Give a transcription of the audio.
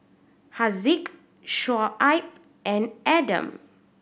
Haziq Shoaib and Adam